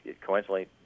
coincidentally